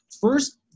First